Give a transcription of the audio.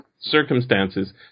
Circumstances